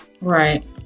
Right